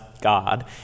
God